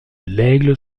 laigle